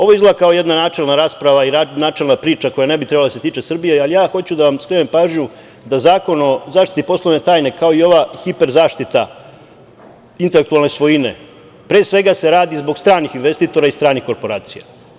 Ovo izgleda kao jedna načelna rasprava i načelna priča koja ne bi trebala da se tiče Srbije, ali ja hoću da vam skrenem pažnju da Zakon o zaštiti poslovne tajne, kao i ova hiper zaštita intelektualne svojine, pre svega se radi zbog stranih investitora i stranih korporacija.